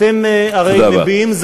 אתם הרי, תודה רבה.